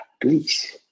please